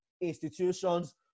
institutions